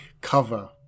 cover